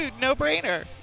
no-brainer